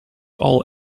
all